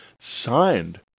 signed